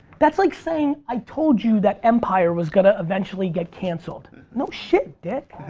that's like saying, i told you that empire was gonna eventually get cancelled no shit, dick.